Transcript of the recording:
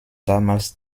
damals